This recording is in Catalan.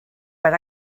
per